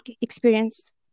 experience